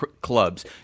clubs